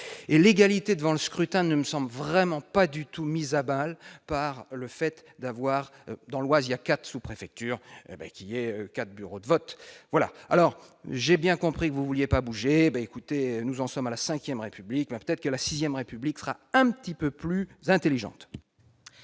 et l'égalité devant le scrutin, nous ne sommes vraiment pas du tout mise à Bâle par le fait d'avoir, dans l'Oise, il y a 4 sous-préfectures qui est 4 bureaux de vote, voilà, alors j'ai bien compris, vous vouliez pas bougé ben écoutez, nous en sommes à la 5ème République mais peut-être que la 6ème République fera un petit peu plus intelligente.